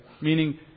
meaning